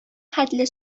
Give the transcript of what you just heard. хәтле